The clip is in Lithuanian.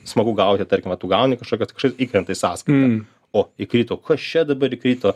smagu gauti tarkim va tu gauni kažką kad kažkas įkrenta į sąskaitą o įkrito kas čia dabar įkrito